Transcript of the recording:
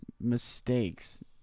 mistakes